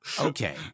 Okay